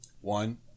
One